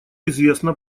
известно